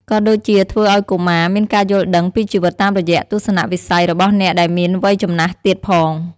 ក៏ដូចជាធ្វើឲ្យកុមារមានការយល់ដឹងពីជីវិតតាមរយៈទស្សនៈវិស័យរបស់អ្នកដែលមានវ័យចំណាស់ទៀតផង។